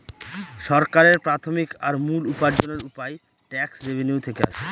সরকারের প্রাথমিক আর মূল উপার্জনের উপায় ট্যাক্স রেভেনিউ থেকে আসে